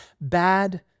Bad